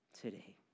today